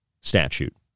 statute